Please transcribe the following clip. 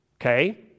okay